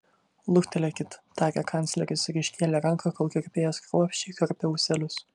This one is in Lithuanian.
luktelėkit tarė kancleris ir iškėlė ranką kol kirpėjas kruopščiai karpė ūselius